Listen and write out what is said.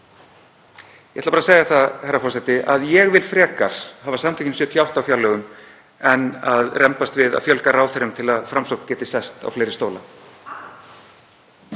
Ég ætla bara að segja það, herra forseti, að ég vil frekar hafa Samtökin ‘78 á fjárlögum en að rembast við að fjölga ráðherrum til að Framsókn geti sest á fleiri stóla,